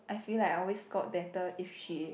I feel like I always scored better if she